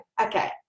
okay